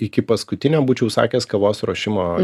iki paskutinio būčiau sakęs kavos ruošimo